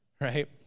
right